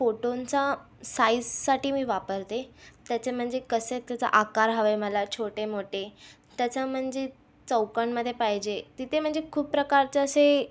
फोटोंचा साईजसाठी मी वापरते त्याचं म्हणजे कसं आहे त्याचा आकार हवा आहे मला छोटे मोठे त्याचं म्हणजे चौकोनमध्ये पाहिजे तिथे म्हणजे खूप प्रकारचे असे